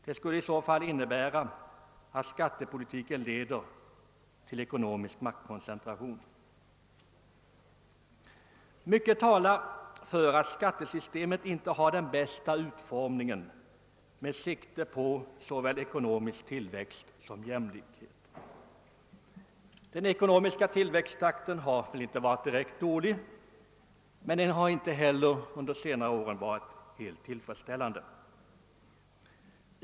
Det skulle i så fall innebära att skattepolitiken leder till ekonomisk maktkoncentration. Mycket talar för att skattesystemet inte har den bästa utformningen med sikte på såväl ekonomisk tillväxt som jämlikhet. Den ekonomiska tillväxttakten har inte varit direkt dålig, men den har under senare år inte heller varit helt tillfredsställande.